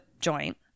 joint